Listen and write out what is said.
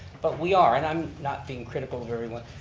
but we are and i'm not being critical of anyone.